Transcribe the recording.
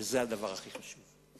וזה הדבר הכי חשוב.